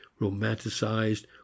romanticized